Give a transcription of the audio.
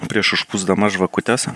prieš užpūsdama žvakutes